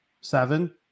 seven